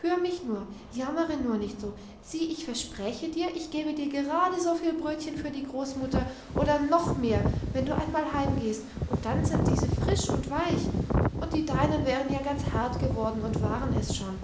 hör mich nur jammere nur nicht so sieh ich verspreche dir ich gebe dir gerade so viel brötchen für die großmutter oder noch mehr wenn du einmal heimgehst und dann sind diese frisch und weich und die deinen wären ja ganz hart geworden und waren es schon